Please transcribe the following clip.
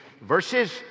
verses